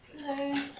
Hello